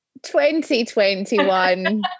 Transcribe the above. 2021